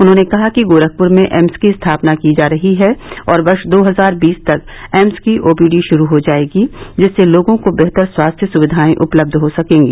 उन्होंने कहा कि गोरखपुर में एम्स की स्थापना की जा रही है और वर्ष दो हजार बीस तक एम्स की ओपीडी शुरू हो जायेगी जिससे लोगों को बेहतर स्वास्थ्य सुविधाएं उपलब्ध हो सकेंगी